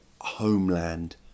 Homeland